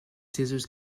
scissors